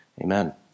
amen